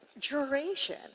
duration